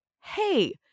hey